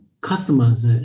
customers